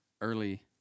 early